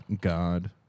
God